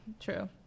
true